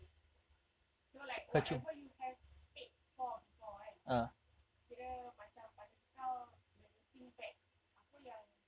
yes so like whatever you have paid for before kan kira macam pada kau when you think back apa yang